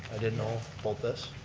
i didn't know about this.